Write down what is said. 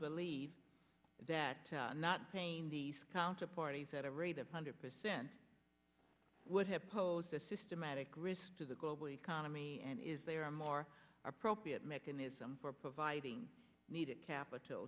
believe that not paying these counter parties at a rate of hundred percent would have posed a systematic risk to the global economy and is there are more appropriate mechanism for providing needed capital